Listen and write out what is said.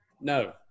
No